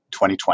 2020